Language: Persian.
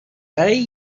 برای